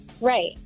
right